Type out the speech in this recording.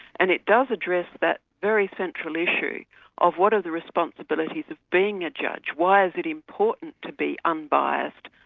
and it does address that very central issue of what are the responsibilities of being a judge why is it important to be unbiased,